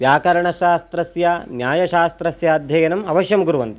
व्याकरणशास्त्रस्य न्यायशास्त्रस्य अध्ययनम् अवश्यं कुर्वन्ति